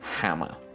hammer